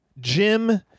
Jim